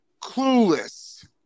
clueless